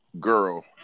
girl